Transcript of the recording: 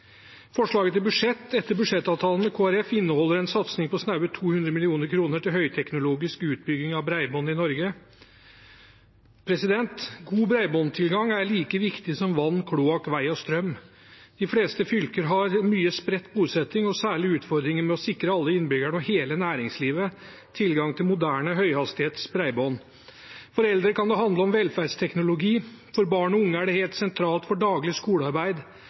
Forslaget til budsjett etter budsjettavtalen med Kristelig Folkeparti inneholder en satsing på snaue 200 mill. kr til høyteknologisk utbygging av bredbånd i Norge. God bredbåndstilgang er like viktig som vann, kloakk, vei og strøm. De fleste fylker har mye spredt bosetting og særlig utfordringer med å sikre alle innbyggerne og hele næringslivet tilgang til moderne høyhastighetsbredbånd. For eldre kan det handle om velferdsteknologi. For barn og unge er det helt sentralt for daglig skolearbeid.